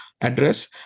address